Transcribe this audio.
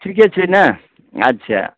ठीके छी ने अच्छा